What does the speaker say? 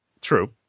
True